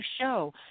show